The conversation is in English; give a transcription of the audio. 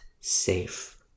safe